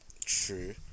True